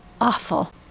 awful